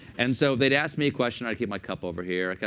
and so they'd ask me a question. i'd keep my cup over here.